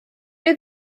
ryw